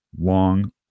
long